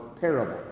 parable